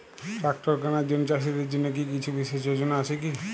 Tractor কেনার জন্য চাষীদের জন্য কী কিছু বিশেষ যোজনা আছে কি?